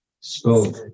spoke